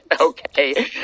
okay